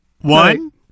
One